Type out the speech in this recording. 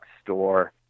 store